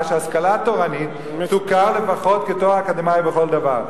שההשכלה התורנית תוכר לפחות כתואר אקדמי לכל דבר.